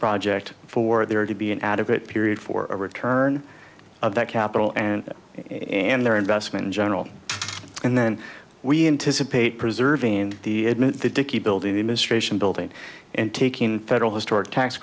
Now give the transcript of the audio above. project for there to be an adequate period for a return of that capital and and their investment in general and then we anticipate preserving the admin the dickey building the administration building and taking federal historic tax